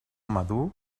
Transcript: madur